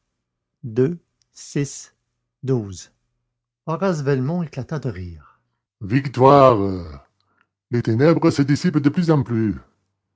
horace velmont éclata de rire victoire les ténèbres se dissipent de plus en plus